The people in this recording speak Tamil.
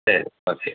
சரி ஓகே